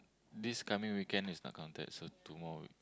this coming weekend is not counted so two more weeks